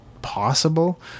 Possible